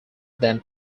than